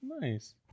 nice